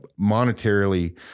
monetarily